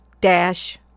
dash